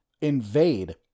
invade